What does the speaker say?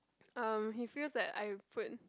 um he feels that I put